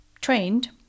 trained